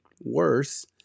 worse